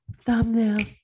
Thumbnail